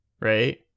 right